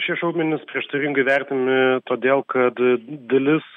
šie šaudmenys prieštaringai vertinami todėl kad dalis